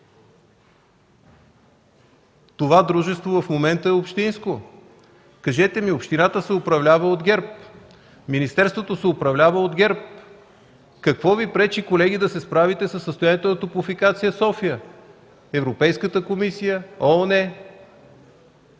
Това дружество в момента е общинско. Кажете ми! Общината се управлява от ГЕРБ, министерството се управлява от ГЕРБ. Какво Ви пречи, колеги, да се справите със състоянието на Топлофикация-София – Европейската комисия, ООН?